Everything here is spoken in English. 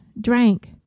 drank